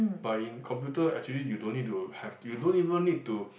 but in computer actually you don't need to have you don't even need to